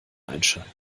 einschalten